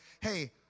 hey